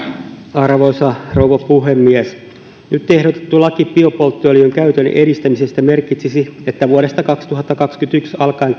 arvoisa rouva puhemies nyt ehdotettu laki biopolttoöljyn käytön edistämisestä merkitsisi että vuodesta kaksituhattakaksikymmentäyksi alkaen